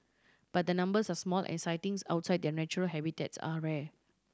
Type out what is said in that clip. but the numbers are small and sightings outside their natural habitats are rare